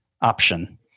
option